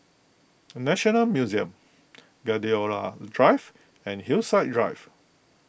National Museum Gladiola Drive and Hillside Drive